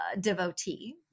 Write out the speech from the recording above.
devotee